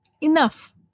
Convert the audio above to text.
enough